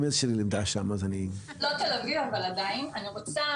אני רוצה,